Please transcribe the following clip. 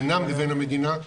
בינם לבין המדינה,